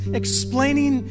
explaining